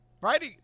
Right